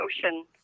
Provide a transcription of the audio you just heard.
Ocean